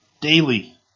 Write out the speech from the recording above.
daily